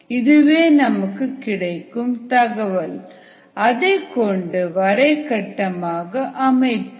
இதுவே நமக்கு கிடைக்கும் தகவல் அதைக்கொண்டு வரை கட்டமாக ln cc cO2 vs t அமைப்போம்